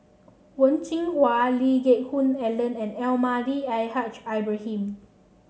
Wen Jinhua Lee Geck Hoon Ellen and Almahdi Al Haj Ibrahim